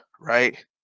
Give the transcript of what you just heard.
right